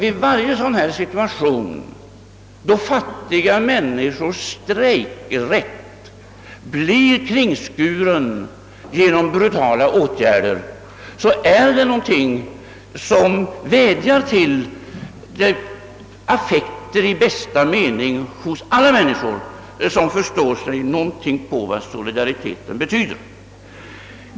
I varje situation där fattiga människors strejkrätt blivit kringskuren genom brutala åtgärder bör detta vädja till känslorna hos alla människor som har någon förståelse för vad solidaritet betyder.